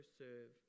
serve